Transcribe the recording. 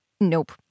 nope